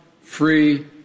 free